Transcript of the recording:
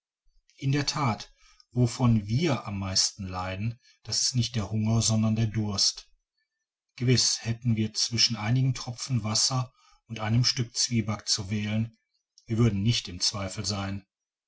in der that wovon wir am meisten leiden das ist nicht der hunger sondern der durst gewiß hätten wir zwischen einigen tropfen wasser und einem stück zwieback zu wählen wir würden nicht im zweifel sein